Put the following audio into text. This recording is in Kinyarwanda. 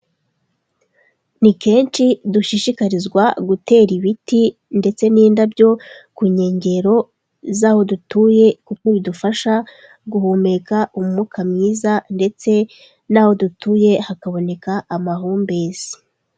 Ni kenshi dushishikarizwa gutera ibiti ndetse n'indabyo, ku nkengero z'aho dutuye kuko bidufasha guhumeka umwuka mwiza ndetse n'aho dutuye hakaboneka amahumbezi.